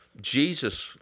Jesus